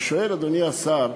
אני שואל, אדוני השר,